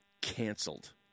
canceled